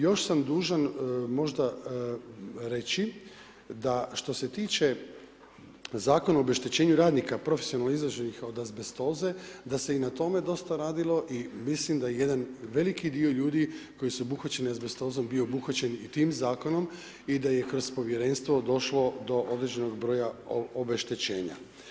Još sam dužan možda reći da što se tiče Zakona o obeštećenju radnika profesionalno izloženih od azbestoze da se i na tome dosta radilo i mislim da jedan veliki dio ljudi koji su obuhvaćeni azbestozom je bio obuhvaćen i tim zakonom i da je kroz povjerenstvo došlo do određenog broja obeštećenja.